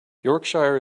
yorkshire